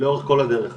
לאורך כל הדרך הזאת.